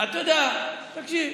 אתה יודע, תקשיב,